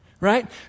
right